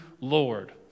Lord